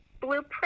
Blueprint